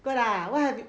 good ah